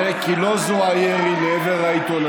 למה אתה עונה לה, כי לא זוהה ירי לעבר העיתונאית,